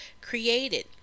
created